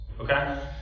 Okay